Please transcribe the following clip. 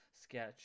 sketch